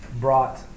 brought